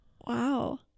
Wow